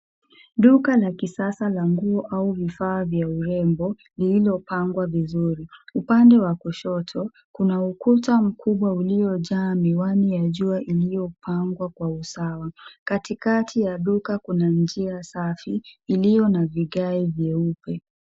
Duka la kisasa la nguo au vifaa vya urembo lililopangwa vizuri. Upande wa kushoto kuna ukuta mkubwa uliojaa miwani ya jua iliyopangwa kwa usawa. Katikati ya duka kuna njia safi iliyo na vigae vyeupe.